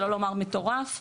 שלא לומר מטורף בטיקטוק,